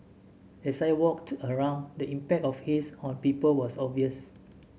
as I walked around the impact of haze on people was obvious